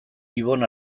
ibon